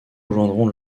rejoindront